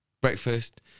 Breakfast